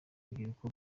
rubyiruko